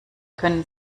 können